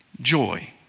Joy